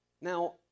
Now